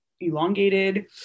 elongated